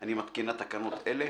אני מתקינה תקנות אלה: